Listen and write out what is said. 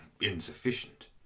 insufficient